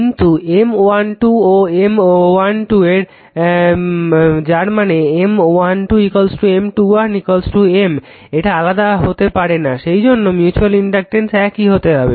কিন্তু M12 ও M12 সমান যার মানে M12 M21 M এটা আলাদা হতে পারে না এইজন্য মিউচুয়াল ইনডাকটেন্স একই হতে হবে